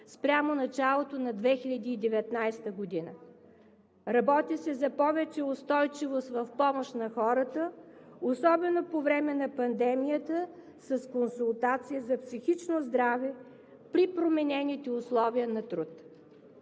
спрямо началото на 2019 г., работи се за повече устойчивост в помощ на хората, особено по време на пандемията, с консултации за психично здраве при променените условия на труд.